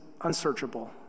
unsearchable